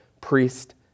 priest